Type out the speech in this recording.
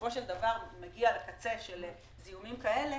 שבסופו של דבר מגיע לקצה של זיהומים כאלה